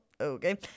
okay